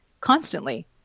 constantly